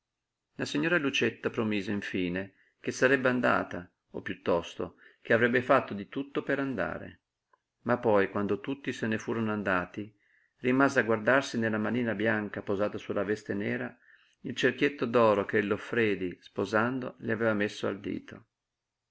la signora lucietta promise infine che sarebbe andata o piuttosto che avrebbe fatto di tutto per andare ma poi quando tutti se ne furono andati rimase a guardarsi nella manina bianca posata su la veste nera il cerchietto d'oro che il loffredi sposando le aveva messo al dito